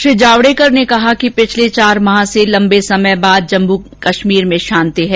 श्री जावडेकर ने कहा कि पिछले चार माह से लम्बे समय बाद जम्मू कश्मीर में शांति है